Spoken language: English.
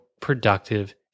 productive